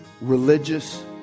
religious